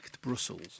Brussels